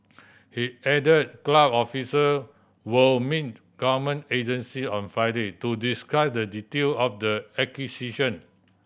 he added club official will meet government agency on Friday to discuss the detail of the acquisition